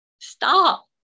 stop